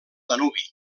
danubi